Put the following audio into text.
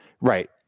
Right